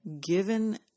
given